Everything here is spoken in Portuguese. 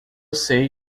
sei